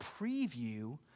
preview